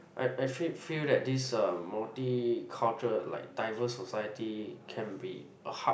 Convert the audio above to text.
I I feel feel that this uh multi cultural like diverse society can be a hub